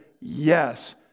yes